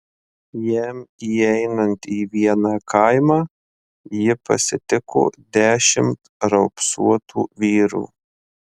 jam įeinant į vieną kaimą jį pasitiko dešimt raupsuotų vyrų